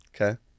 Okay